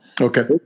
Okay